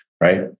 right